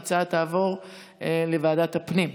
ההצעה תעבור לוועדת הפנים.